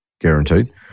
guaranteed